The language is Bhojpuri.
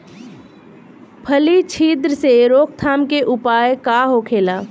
फली छिद्र से रोकथाम के उपाय का होखे?